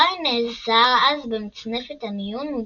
הארי נעזר אז במצנפת המיון ובפוקס,